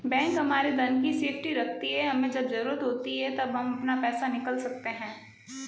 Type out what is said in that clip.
bank हमारे धन की सेफ्टी रखती है हमे जब जरूरत होती है तब हम अपना पैसे निकल सकते है